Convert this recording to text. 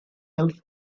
else